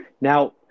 Now